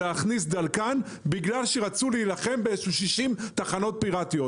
בגלל שרצו להילחם בכ-60 תחנות פירטיות.